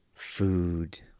Food